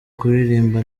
kuririmba